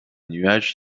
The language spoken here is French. nuage